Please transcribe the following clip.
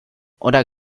oder